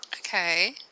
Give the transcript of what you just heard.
Okay